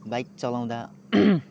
bike चलाउँदा